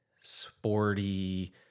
sporty